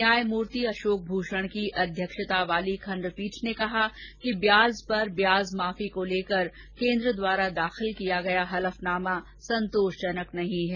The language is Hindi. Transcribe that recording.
न्यायमूर्ति अशोक भूषण की अध्यक्षता वाली खंडपीठ ने कहा कि ब्याज पर ब्याज माफी को लेकर केंद्र द्वारा दाखिल किया गया हलफनामा संतोषजनक नहीं है